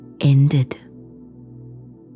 ended